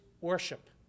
worship